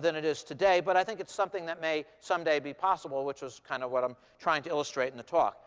than it is today. but i think it's something that may someday be possible, which is kind of what i'm trying to illustrate in the talk.